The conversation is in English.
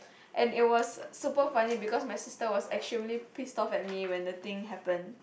and it was super funny because my sister was extremely pissed off at me when the thing happened